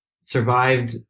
survived